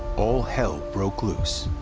all hell broke loose.